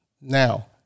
Now